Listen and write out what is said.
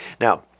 Now